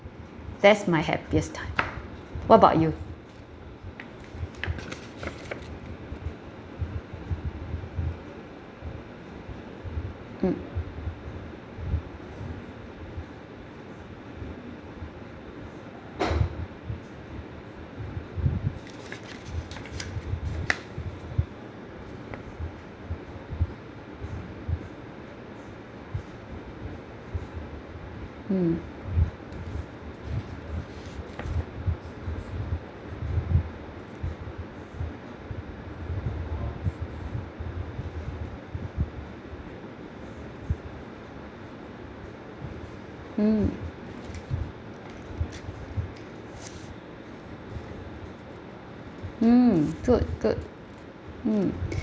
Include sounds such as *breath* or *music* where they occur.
that's my happiest time what about you mm hmm hmm *noise* mm good good mm *breath*